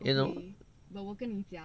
you know